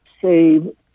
save